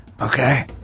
Okay